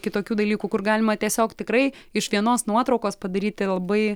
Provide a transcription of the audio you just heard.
kitokių dalykų kur galima tiesiog tikrai iš vienos nuotraukos padaryti labai